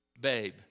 babe